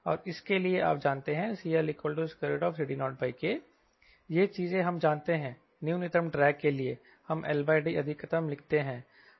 और इसके लिए आप जानते हैं CLCD0K यह चीजें हम जानते हैं न्यूनतम ड्रैग के लिए हम LD अधिकतम लिखते हैं